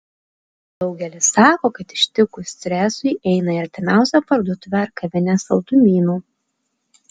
daugelis sako kad ištikus stresui eina į artimiausią parduotuvę ar kavinę saldumynų